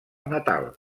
natal